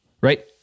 right